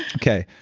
k.